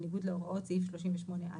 בניגוד להוראות סעיף 38(א).